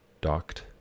docked